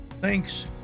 Thanks